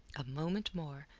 a moment more,